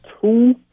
two